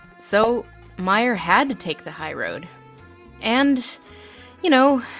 so meyer had to take the high road and you know,